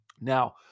Now